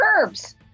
herbs